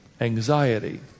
anxiety